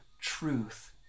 truth